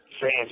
fans